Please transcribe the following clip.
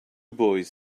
boys